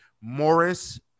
Morris